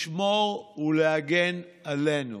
לשמור ולהגן עלינו.